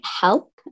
help